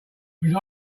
you